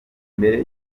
mbere